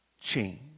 change